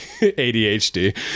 ADHD